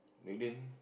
within